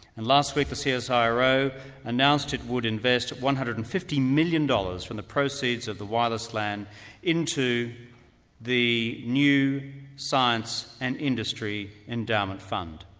and last week the ah csiro announced it would invest one hundred and fifty million dollars from the proceeds of the wireless lan into the new science and industry endowment fund.